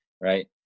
right